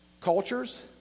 cultures